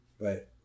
Right